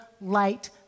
light